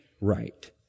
right